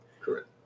Correct